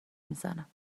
میزنم